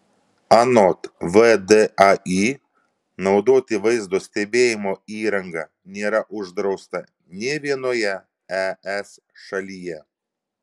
anot vdai naudoti vaizdo stebėjimo įrangą nėra uždrausta nė vienoje es šalyje